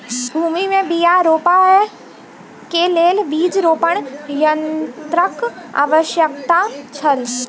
भूमि में बीया रोपअ के लेल बीज रोपण यन्त्रक आवश्यकता छल